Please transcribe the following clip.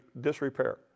disrepair